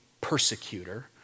persecutor